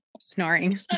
snoring